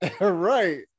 Right